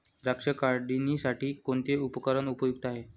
द्राक्ष काढणीसाठी कोणते उपकरण उपयुक्त आहे?